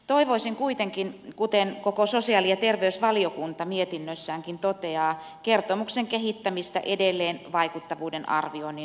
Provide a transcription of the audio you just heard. toivoisin kuitenkin kuten koko sosiaali ja terveysvaliokunta mietinnössäänkin toteaa kertomuksen kehittämistä edelleen vaikuttavuuden arvioinnin suuntaan